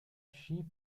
she